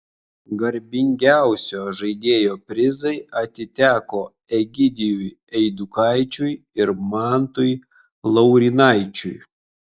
garbingiausio žaidėjo prizai atiteko egidijui eidukaičiui ir mantui laurynaičiui